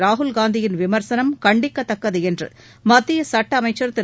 ராகுல் காந்தியின் விமர்சனம் கண்டிக்கத்தக்கதுஎன்றுமத்தியசுட்டஅமைச்சர் திரு